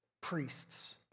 priests